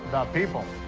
people.